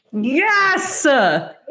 Yes